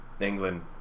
England